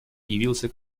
явился